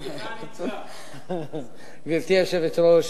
גברתי היושבת-ראש,